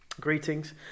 Greetings